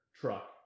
truck